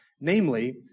Namely